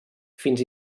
fins